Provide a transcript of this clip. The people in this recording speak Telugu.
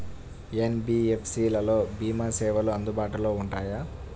ఎన్.బీ.ఎఫ్.సి లలో భీమా సేవలు అందుబాటులో ఉంటాయా?